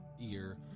ear